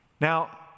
Now